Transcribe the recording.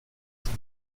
sie